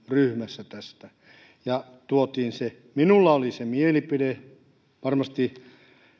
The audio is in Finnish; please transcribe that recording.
ryhmässä tästä ja toimme sen minulla oli se mielipide varmasti